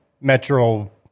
metro